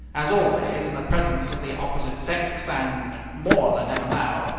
as always in the presence of the opposite sex, and more than ever now,